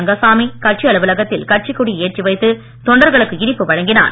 ரங்கசாமி கட்சி அலுவலகத்தில் கட்சிக் கொடியை ஏற்றிவைத்து தொண்டர்களுக்கு இனிப்பு வழங்கினார்